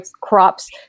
crops